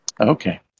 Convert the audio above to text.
Okay